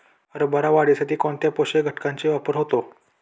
हरभरा वाढीसाठी कोणत्या पोषक घटकांचे वापर होतो?